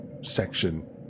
section